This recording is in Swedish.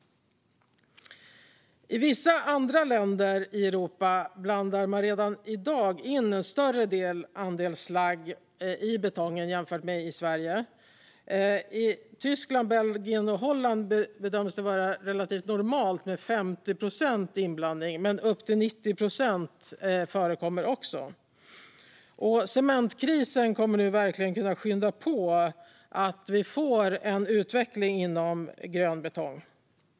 I vissa andra länder i Europa blandar man redan i dag in en större andel slagg i betong jämfört med Sverige. I Tyskland, Belgien och Holland bedöms det vara relativt normalt med 50 procent inblandning, men upp till 90 procent förekommer. Cementkrisen kommer verkligen att kunna skynda på att vi får en utveckling inom grön betong.